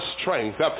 strength